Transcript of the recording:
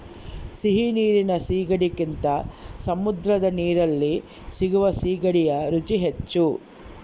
ಸಿಹಿ ನೀರಿನ ಸೀಗಡಿಗಿಂತ ಸಮುದ್ರದ ನೀರಲ್ಲಿ ಸಿಗುವ ಸೀಗಡಿಯ ರುಚಿ ಹೆಚ್ಚು